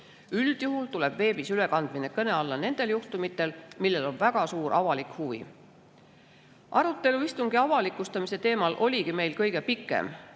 Üldjuhul tuleb veebis ülekandmine kõne alla nendel juhtumitel, mille vastu on väga suur avalik huvi. Arutelu istungi avalikustamise teemal oligi meil kõige pikem.